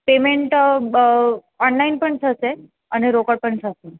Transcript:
payment online પણ થશે અને રોકડ પણ થશે